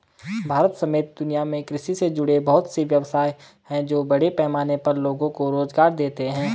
भारत समेत दुनिया में कृषि से जुड़े बहुत से व्यवसाय हैं जो बड़े पैमाने पर लोगो को रोज़गार देते हैं